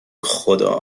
خدا